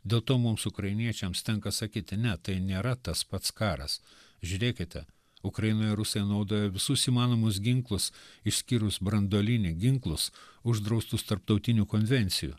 dėl to mums ukrainiečiams tenka sakyti ne tai nėra tas pats karas žiūrėkite ukrainoje rusai naudoja visus įmanomus ginklus išskyrus branduolinį ginklus uždraustus tarptautinių konvencijų